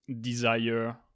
desire